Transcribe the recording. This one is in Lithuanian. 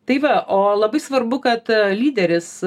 tai va o labai svarbu kad lyderis